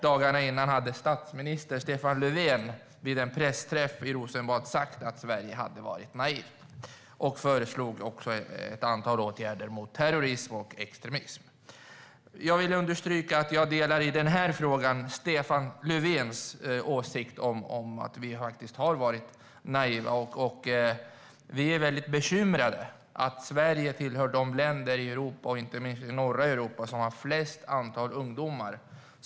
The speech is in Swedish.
Dagarna innan hade statsminister Stefan Löfven vid en pressträff i Rosenbad sagt att Sverige hade varit naivt och föreslog också ett antal åtgärder mot terrorism och extremism. Jag vill understryka att jag i den här frågan delar Stefan Löfvens åsikt att vi har varit naiva. Vi är väldigt bekymrade över att Sverige tillhör de länder i norra Europa som har det största antalet ungdomar som rekryteras till extremism.